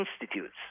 institutes